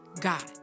God